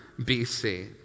BC